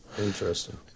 Interesting